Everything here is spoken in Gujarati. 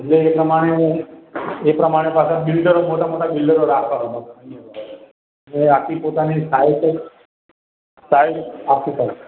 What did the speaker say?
એટલે એ પ્રમાણે એ પ્રમાણે પાછા બિલ્ડરો મોટા મોટા બિલ્ડરો રાખવાના માંડવાના જે આખી પોતાની સાઇટ સાઇટ આખી